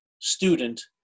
student